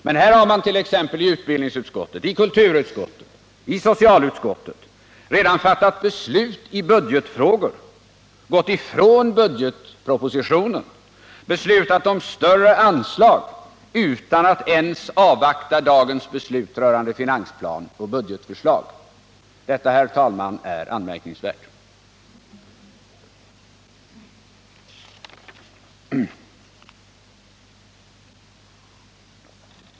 Men här har man i socialutskottet, i utbildningsutskottet och i kulturutskottet redan fattat beslut i budgetfrågor, gått ifrån budgetpropositionen, beslutat om större anslag utan att ens avvakta dagens beslut rörande finansplan och budgetförslag. Detta, herr talman, är anmärkningsvärt.